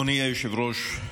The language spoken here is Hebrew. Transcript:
אדוני היושב-ראש,